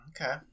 Okay